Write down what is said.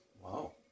Wow